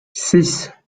six